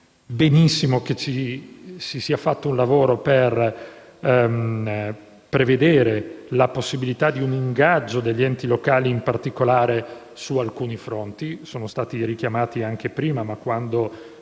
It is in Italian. Benissimo che si sia fatto un lavoro per prevedere la possibilità di un ingaggio degli enti locali, in particolare su alcuni fronti. Sono stati richiamati anche prima, ma quando